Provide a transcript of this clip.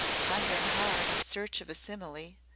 pondering hard in search of simile,